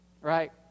Right